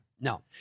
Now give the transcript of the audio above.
No